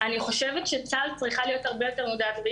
אני חושבת שבצה"ל צריכה להיות הרבה יותר מודעות.